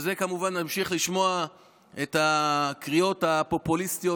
כמובן נמשיך לשמוע את הקריאות הפופוליסטיות